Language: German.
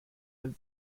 dem